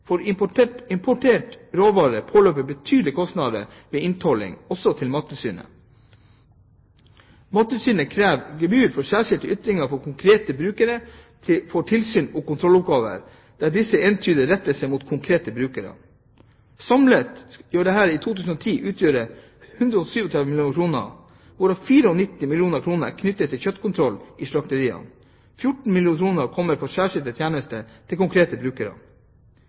For importert råvare påløper betydelige kostnader ved innfortolling, også til Mattilsynet. Mattilsynet krever gebyr for «særskilte ytingar for konkrete brukarar» og for «tilsyns- og kontrolloppgåver der desse eintydig rettar seg mot konkrete brukarar». Samlet skal dette i 2010 utgjøre 137 mill. kr, hvorav 94 mill. kr er knyttet til kjøttkontroll i slakteriene. 14 mill. kr kommer fra særskilte tjenester til konkrete brukere.